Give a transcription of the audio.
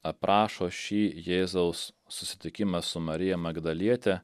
aprašo šį jėzaus susitikimą su marija magdaliete